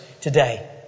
today